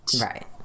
Right